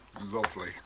lovely